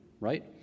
right